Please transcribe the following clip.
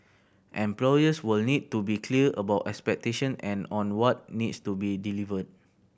employers will need to be clear about expectations and on what needs to be delivered